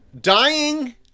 Dying